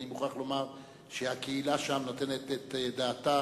ואני מוכרח לומר שהקהילה שם נותנת את דעתה,